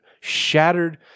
shattered